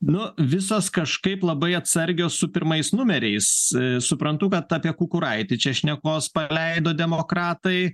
nu visos kažkaip labai atsargios su pirmais numeriais suprantu kad apie kukuraitį čia šnekos paleido demokratai